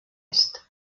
est